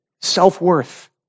self-worth